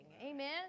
Amen